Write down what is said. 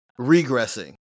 regressing